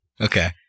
Okay